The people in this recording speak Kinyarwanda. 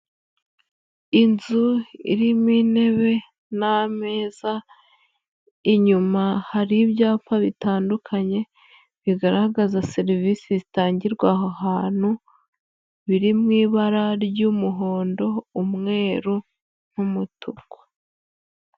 Inzu irimo intebe n'ameza inyuma hari ibyapa bitandukanye bigaragaza serivisi zitangirwa aho hantu, biri mu ibara ry'umuhondo, umweru n'umutuku.